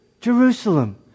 Jerusalem